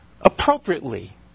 appropriately